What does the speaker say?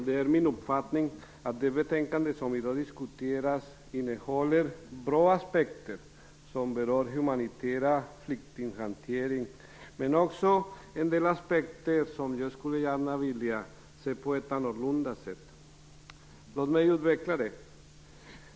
Det är min uppfattning att det betänkande som i dag behandlas innehåller bra aspekter som berör en humanitär flyktinghantering, men det innehåller också delar som jag skulle vilja se annorlunda. Låt mig utveckla detta.